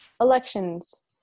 elections